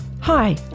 Hi